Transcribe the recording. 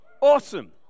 Awesome